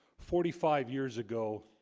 forty five years ago